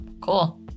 cool